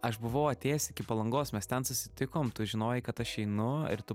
aš buvau atėjęs iki palangos mes ten susitikom tu žinojai kad aš einu ir tu